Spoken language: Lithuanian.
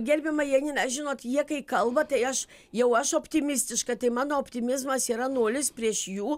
gerbiama janina žinot jie kai kalba tai aš jau aš optimistiška tai mano optimizmas yra nulis prieš jų